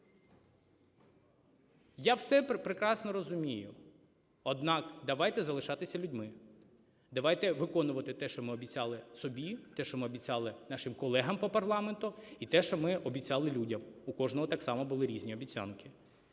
Я все прекрасно розумію. Однак давайте залишатися людьми. Давайте виконувати те, що ми обіцяли собі, те, що ми обіцяли нашим колегам по парламенту, і те, що ми обіцяли людям. У кожного так само були різні обіцянки.